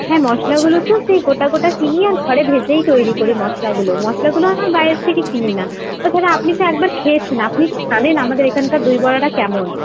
হ্যাঁ মশলাগুলো তো সেই গোটা গোটা কিনি আর ঘরে ভেজেই তৈরি করি মশলাগুলো মশলাগুলো আমরা বাইরের থেকে কিনিনা তাছাড়া আপনি তো একবার খেয়েছেন আপনি তো জানেন আমাদের এখানকার দই বড়াটা কেমন